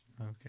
Okay